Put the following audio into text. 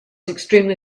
extremely